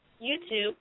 YouTube